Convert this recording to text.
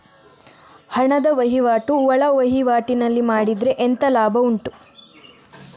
ಹಣದ ವಹಿವಾಟು ಒಳವಹಿವಾಟಿನಲ್ಲಿ ಮಾಡಿದ್ರೆ ಎಂತ ಲಾಭ ಉಂಟು?